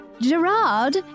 Gerard